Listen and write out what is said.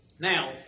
Now